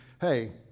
hey